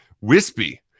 wispy